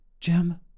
Jim